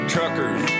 Truckers